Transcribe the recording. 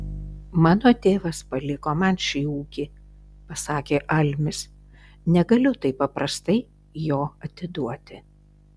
mano tėvas paliko man šį ūkį pasakė almis negaliu taip paprastai jo atiduoti